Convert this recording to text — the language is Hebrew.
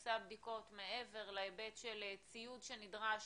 שבנושא הבדיקות, מעבר להיבט של ציוד שנדרש